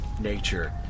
nature